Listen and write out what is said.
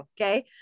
okay